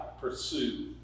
pursue